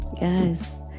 Yes